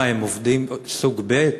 מה, הם עובדים סוג ב'?